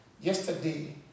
yesterday